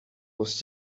was